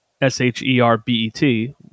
S-H-E-R-B-E-T